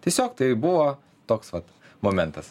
tiesiog tai buvo toks vat momentas